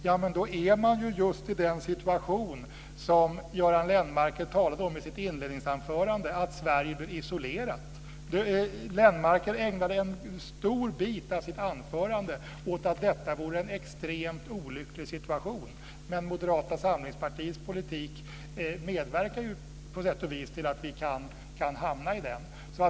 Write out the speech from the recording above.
Ja, men då är man ju just i den situation som Göran Lennmarker talade om i sitt inledningsanförande, att Sverige blir isolerat. Lennmarker ägnade en stor bit av sitt anförande åt att detta vore en extremt olycklig situation, men Moderata samlingspartiets politik medverkar ju på sätt och vis till att vi kan hamna i den.